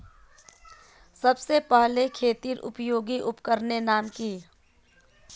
सबसे पहले खेतीत उपयोगी उपकरनेर नाम की?